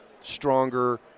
stronger